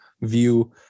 view